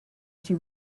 she